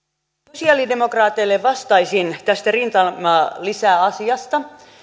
sosialidemokraateille vastaisin tästä rintamalisäasiasta